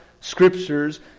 scriptures